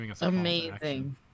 Amazing